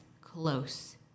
close